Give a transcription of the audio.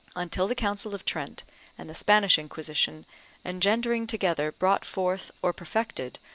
until the council of trent and the spanish inquisition engendering together brought forth, or perfected,